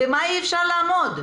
במה אי אפשר לעמוד?